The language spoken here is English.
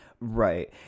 Right